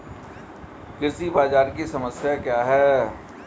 कृषि बाजार की समस्या क्या है?